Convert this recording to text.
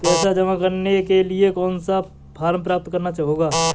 पैसा जमा करने के लिए कौन सा फॉर्म प्राप्त करना होगा?